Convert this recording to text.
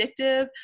addictive